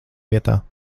vietā